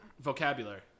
Vocabulary